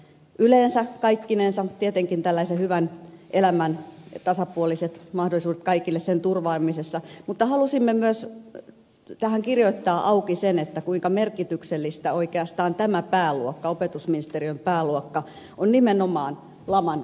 yleensä kaikkinensa tietenkin tällaisen hyvän elämän tasapuoliset mahdollisuudet kaikille sen turvaamisessa mutta halusimme myös tähän kirjoittaa auki sen että kuinka merkityksellistä oikeastaan tämä pääluokka opetusministeriön pääluokka on nimenomaan laman aikana